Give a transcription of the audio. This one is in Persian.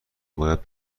باید